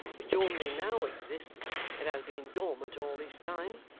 which only now exists, and has been dormant all this time?